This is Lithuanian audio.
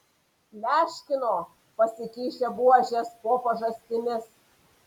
pleškino pasikišę buožes po pažastimis